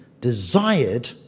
desired